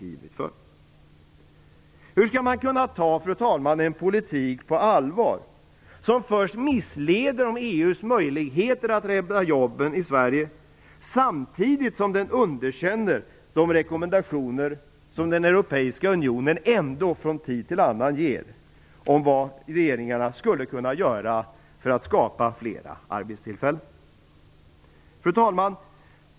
Men, fru talman, hur skall man kunna ta en politik på allvar som först missleder beträffande EU:s möjligheter att rädda jobben i Sverige och som samtidigt underkänner de rekommendationer som den europeiska unionen från tid till annan ändå ger om vad regeringarna skulle kunna göra för att skapa fler arbetstillfällen? Fru talman!